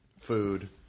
food